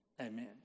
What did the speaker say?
Amen